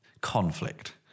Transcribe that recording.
conflict